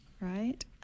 right